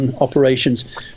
operations